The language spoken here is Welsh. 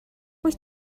wyt